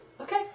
Okay